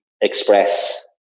express